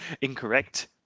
incorrect